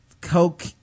coke